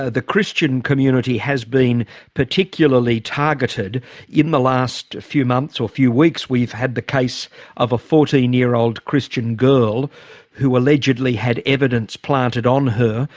ah the christian community has been particularly targeted in the last few months or few weeks. we've had the case of a fourteen year old christian girl who allegedly had evidence planted on her,